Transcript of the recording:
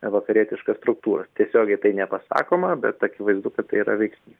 vakarietiškas struktūras tiesiogiai tai nepasakoma bet akivaizdu kad tai yra veiksnys